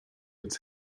its